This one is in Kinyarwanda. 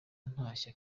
ntashye